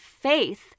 faith